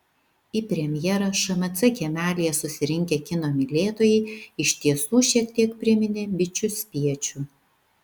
į premjerą šmc kiemelyje susirinkę kino mylėtojai iš tiesų šiek tiek priminė bičių spiečių